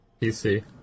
PC